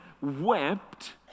wept